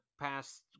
past